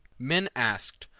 men asked,